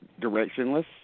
directionless